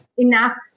enough